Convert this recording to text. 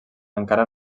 encara